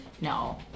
No